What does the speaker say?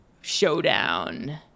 showdown